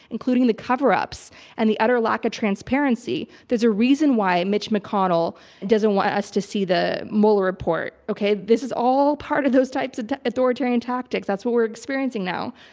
including the cover-ups and the utter lack of transparency. there's a reason why mitch mcconnell doesn't want us to see the mueller report. okay? this is all part of those types of authoritarian tactics. that's what we're experiencing now.